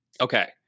Okay